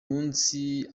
munsi